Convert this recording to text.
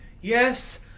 Yes